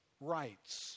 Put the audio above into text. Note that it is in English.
rights